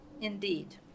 indeed